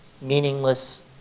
meaningless